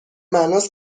معناست